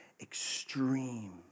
extreme